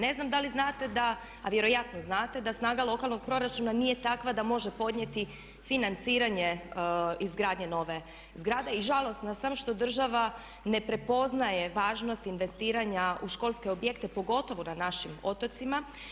Ne znam da li znate da, a vjerojatno znate, da snaga lokalnog proračuna nije takva da može podnijeti financiranje izgradnje nove zgrade i žalosna sam što država ne prepoznaje važnost investiranja u školske objekte pogotovo na našim otocima.